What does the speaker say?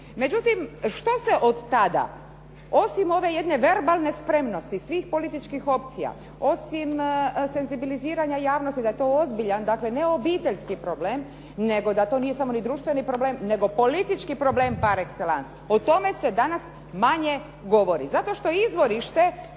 Međutim, što se od tada osim ove jedne verbalne spremnosti svih političkih opcija, osim senzibiliziranja javnosti da je to ozbiljan ne obiteljski problem, nego da to nije samo ni društveni problem, nego politički problem par exelance. O tome se dana manje govori. Zato što je izvorište